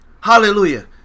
hallelujah